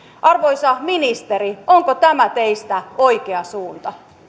arvoisa ministeri onko tämä teistä oikea suunta